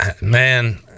man